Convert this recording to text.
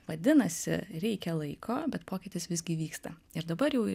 vadinasi reikia laiko bet pokytis visgi vyksta ir dabar jau